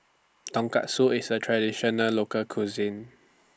Tonkatsu IS A Traditional Local Cuisine